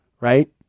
right